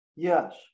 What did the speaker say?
Yes